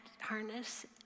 harness